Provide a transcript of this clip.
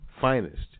finest